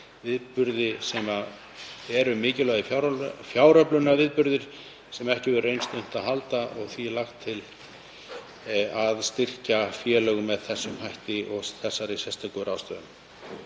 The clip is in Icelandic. viðburði sem eru mikilvægir fjáröflunarviðburðir sem ekki hefur reynst unnt að halda og því er lagt til að styrkja félögin með þessum hætti og þessum sérstöku ráðstöfunum.